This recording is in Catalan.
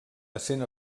essent